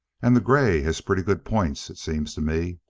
and the gray has pretty good points, it seems to me.